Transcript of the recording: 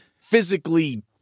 physically